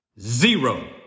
zero